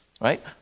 right